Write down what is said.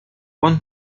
one